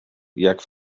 jak